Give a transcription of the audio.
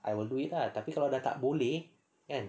I will do it lah tapi kalau dah tak boleh kan